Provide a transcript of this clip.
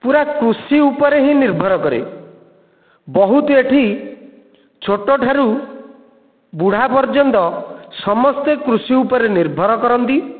ପୁରା କୃଷି ଉପରେ ହିଁ ନିର୍ଭର କରେ ବହୁତ ଏଠି ଛୋଟ ଠାରୁ ବୁଢ଼ା ପର୍ଯ୍ୟନ୍ତ ସମସ୍ତେ କୃଷି ଉପରେ ନିର୍ଭର କରନ୍ତି